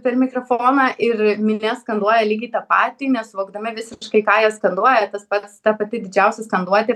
per mikrofoną ir minia skanduoja lygiai tą patį nesuvokdami visiškai ką jie skanduoja tas pats ta pati didžiausia skanduotė